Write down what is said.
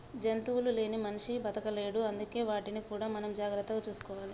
జంతువులు లేని మనిషి బతకలేడు అందుకే వాటిని కూడా మనం జాగ్రత్తగా చూసుకోవాలి